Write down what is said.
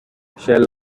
shall